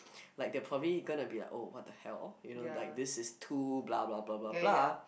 like they're probably gonna be like oh what the hell you know like this is too blah blah blah blah blah